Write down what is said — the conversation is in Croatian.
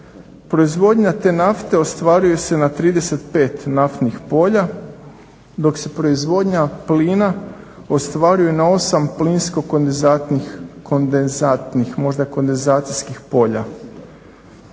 proizvodnja te nafte ostvaruje se na 35 naftnih polja dok se proizvodnja plina ostvaruje na 8 plinsko kondenzantnih možda